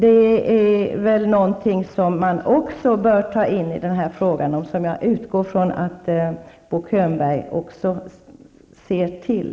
Det är väl något som man också bör ta hänsyn till i detta sammanhang och som jag utgår från att Bo Könberg tar hänsyn till.